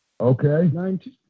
Okay